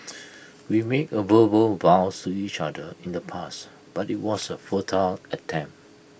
we made A verbal vows to each other in the past but IT was A futile attempt